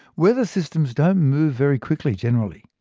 weather systems don't move very quickly generally.